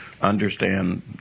understand